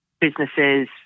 businesses